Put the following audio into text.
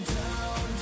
down